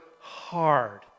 hard